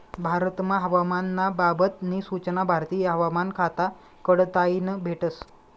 भारतमा हवामान ना बाबत नी सूचना भारतीय हवामान खाता कडताईन भेटस